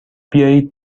بیایید